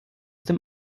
dem